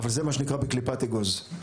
אבל זה מה שנקרא בקליפת האגוז.